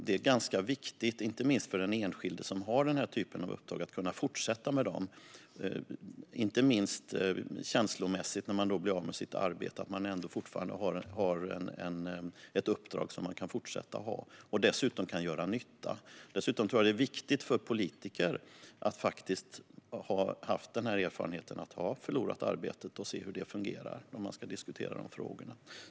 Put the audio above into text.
Det är ganska viktigt att den enskilde som har den typen av uppdrag kan fortsätta med det. Inte minst känslomässigt är det viktigt att man när man blir av med sitt arbete fortfarande har ett uppdrag - och dessutom kan göra nytta. När man ska diskutera dessa frågor tror jag också att det är viktigt för politiker att faktiskt ha erfarenhet av att ha förlorat arbetet och fått se hur det fungerar.